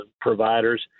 providers